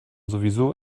sowieso